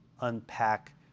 unpack